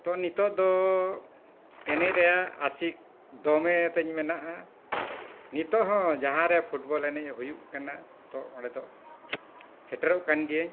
ᱛᱚ ᱱᱤᱛᱳᱜ ᱫᱚ ᱮᱱᱮᱡ ᱨᱮᱱᱟᱜ ᱟᱥᱤᱠ ᱫᱚᱢᱮ ᱛᱤᱧ ᱢᱮᱱᱟᱜᱼᱟ ᱱᱤᱛᱳᱜ ᱦᱚᱸ ᱡᱟᱦᱟᱸᱨᱮ ᱯᱷᱩᱴᱵᱚᱞ ᱮᱱᱮᱡ ᱦᱩᱭᱩᱜ ᱠᱟᱱᱟ ᱛᱚ ᱚᱸᱰᱮ ᱫᱚ ᱥᱮᱴᱮᱨᱚᱜ ᱠᱟᱱ ᱜᱤᱭᱟᱹᱧ